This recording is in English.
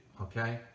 okay